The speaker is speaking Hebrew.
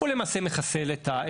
הוא למעשה מחסל את המרחב,